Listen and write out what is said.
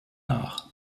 nach